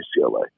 UCLA